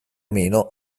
meno